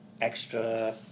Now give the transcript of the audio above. extra